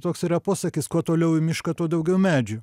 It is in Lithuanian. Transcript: toks yra posakis kuo toliau į mišką tuo daugiau medžių